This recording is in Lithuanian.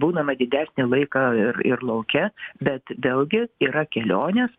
būnama didesnį laiką ir ir lauke bet vėlgi yra kelionės